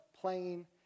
playing